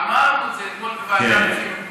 אמרנו את זה אתמול בוועדת חינוך.